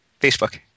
Facebook